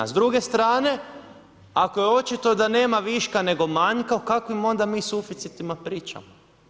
S druge strane, ako je očito da nema viška nego manjka o kakvim onda mi suficitima pričamo.